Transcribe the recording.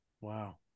Wow